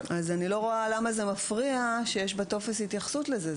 אז אני לא רואה למה מפריע שיש בטופס התייחסות לזה.